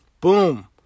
boom